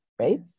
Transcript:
Right